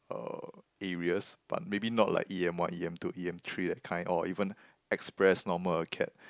uh areas but maybe not like e_m one e_m two e_m three that kind or even express normal acad